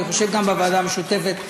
אני חושב גם בוועדה המשותפת,